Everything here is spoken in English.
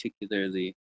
particularly